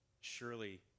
Surely